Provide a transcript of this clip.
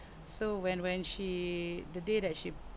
so when when she the day that she